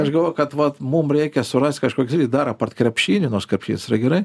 aš galvoju kad vat mum reikia surast kažkokį dar apart krepšinį nors krepšinis yra gerai